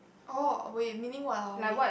oh wait meaning while we